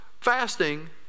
fasting